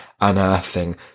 unearthing